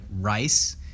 rice